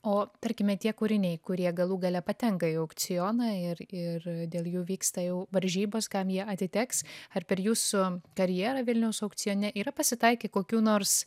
o tarkime tie kūriniai kurie galų gale patenka į aukcioną ir ir dėl jų vyksta jau varžybos kam jie atiteks ar per jūsų karjerą vilniaus aukcione yra pasitaikę kokių nors